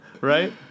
Right